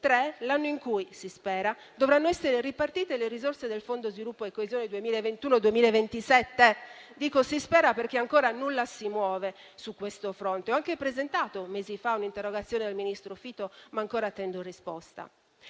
è l'anno in cui - si spera - dovranno essere ripartite le risorse del Fondo per lo sviluppo e la coesione 2021-2027. Dico che si spera perché ancora nulla si muove su questo fronte. Mesi fa ho anche presentato un'interrogazione al ministro Fitto, ma ancora attendo risposta.